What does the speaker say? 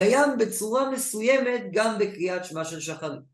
קיים בצורה מסוימת גם בקריאת שמע של שחרית.